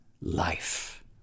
life